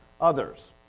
others